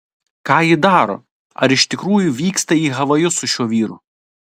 ką ji daro ar iš tikrųjų vyksta į havajus su šiuo vyru